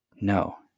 No